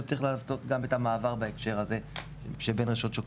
אז צריך לעשות גם את המעבר בהקשר הזה שבין רשות שוק